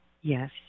Yes